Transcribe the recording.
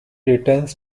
returns